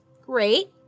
great